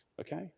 okay